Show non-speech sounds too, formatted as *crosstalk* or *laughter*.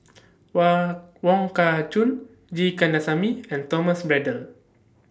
*noise* Wong Kah Chun G Kandasamy and Thomas Braddell